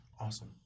Awesome